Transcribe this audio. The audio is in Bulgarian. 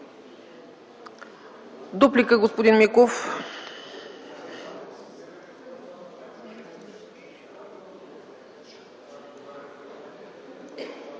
Дуплика, господин Миков.